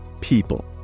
people